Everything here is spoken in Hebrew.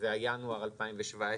זה ינואר 2017,